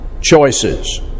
choices